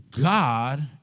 God